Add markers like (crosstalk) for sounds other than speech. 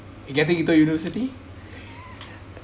getting into university (laughs)